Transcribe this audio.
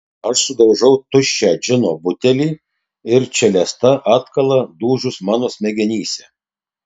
aš sudaužau tuščią džino butelį ir čelesta atkala dūžius mano smegenyse